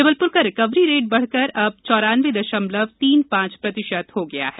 जबलपुर का recovery rate बढ़कर अब चौरान्नवे दशमलव तीन पांच प्रतिशत हो गया है